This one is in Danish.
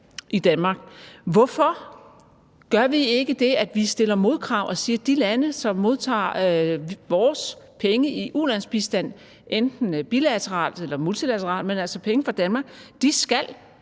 i Danmark. Hvorfor gør vi ikke det, at vi stiller modkrav og siger, at de lande, som modtager vores penge i ulandsbistand – enten bilateralt eller multilateralt, men altså penge fra Danmark – skal